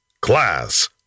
Class